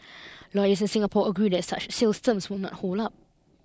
lawyers in Singapore agree that such sales terms would not hold up